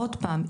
עוד פעם,